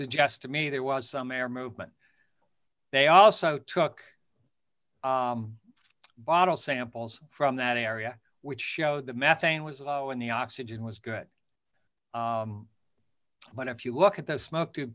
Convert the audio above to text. suggest to me there was some air movement they also took a bottle samples from that area which showed the methane was in the oxygen was good but if you look at the smoke to